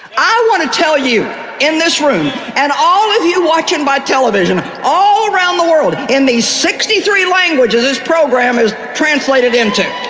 i want to tell you in this room and all of you watching by television all around the world in these sixty three languages this program is translated into,